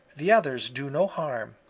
the others do no harm.